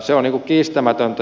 se on kiistämätöntä